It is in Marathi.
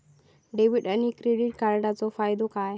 डेबिट आणि क्रेडिट कार्डचो फायदो काय?